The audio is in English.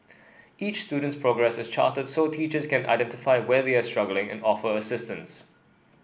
each student's progress is charted so teachers can identify where they are struggling and offer assistance